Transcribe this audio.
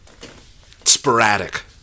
Sporadic